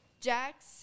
Jax